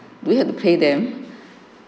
do we have to pay them